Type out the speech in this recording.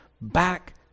back